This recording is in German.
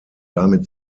damit